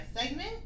segment